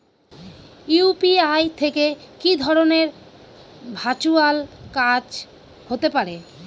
UPI থেকে কি ধরণের ভার্চুয়াল কাজ হতে পারে?